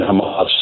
Hamas